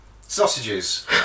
Sausages